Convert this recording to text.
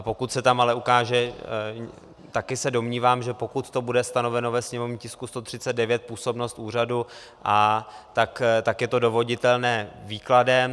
Pokud se tam ale ukáže taky se domnívám, že pokud to bude stanoveno ve sněmovním tisku 139, působnost úřadu, tak je to dovoditelné výkladem.